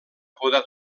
poder